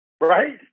right